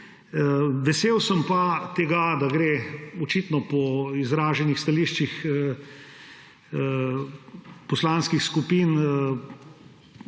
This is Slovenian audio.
Vesel sem pa tega, da gresta očitno po izraženih stališčih poslanskih skupin